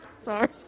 Sorry